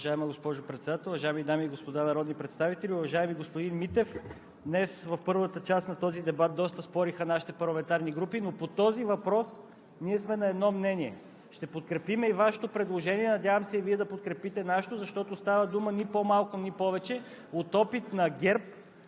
Уважаема госпожо Председател, уважаеми дами и господа народни представители! Уважаеми господин Митев, днес в първата част на този дебат доста спориха нашите парламентарни групи. Но по този въпрос ние сме на едно мнение, ще подкрепим и Вашето предложение, надявам се, и Вие да подкрепите нашето, защото става дума ни по-малко, ни повече от опит на ГЕРБ